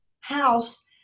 house